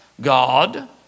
God